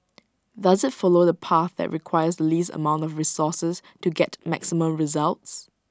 does IT follow the path that requires the least amount of resources to get maximum results